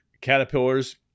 caterpillars